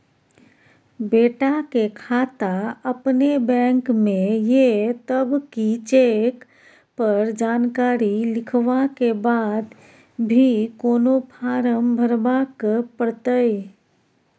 बेटा के खाता अपने बैंक में ये तब की चेक पर जानकारी लिखवा के बाद भी कोनो फारम भरबाक परतै?